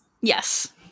Yes